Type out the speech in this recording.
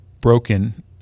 broken